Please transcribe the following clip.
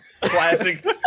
Classic